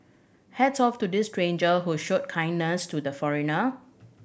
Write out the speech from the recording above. hats off to this stranger who showed kindness to the foreigner